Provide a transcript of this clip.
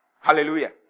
Hallelujah